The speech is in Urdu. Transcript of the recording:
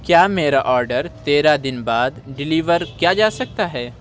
کیا میرا آڈر تیرہ دن بعد ڈیلیور کیا جا سکتا ہے